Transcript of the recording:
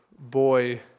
boy